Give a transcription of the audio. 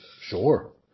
Sure